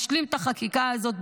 אנחנו נשלים את החקיקה הזו,